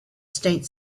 state